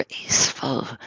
graceful